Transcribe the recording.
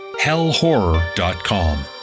hellhorror.com